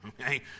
okay